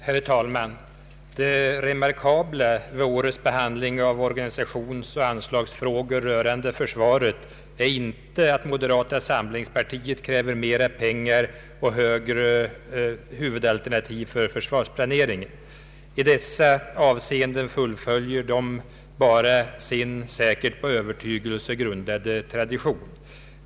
Herr talman! Det remarkabla vid årets behandling av organisationsoch anslagsfrågor rörande försvaret är inte att moderata samlingspartiet kräver mer pengar och högre huvudalternativ för försvarsplaneringen. I dessa avseenden fullföljer partiet bara sin säkert på övertygelse grundade tradition.